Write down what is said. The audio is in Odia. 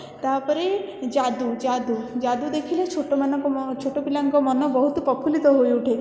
ତା'ପରେ ଯାଦୁ ଯାଦୁ ଯାଦୁ ଦେଖିଲେ ଛୋଟମାନଙ୍କ ଛୋଟ ପିଲାଙ୍କ ମନ ବହୁତ ପ୍ରଫୁଲ୍ଲିତ ହୋଇ ଉଠେ